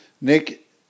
Nick